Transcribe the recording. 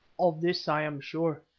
of this i am sure,